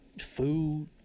food